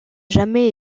jamais